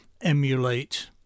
emulate